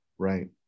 Right